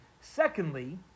Secondly